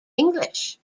english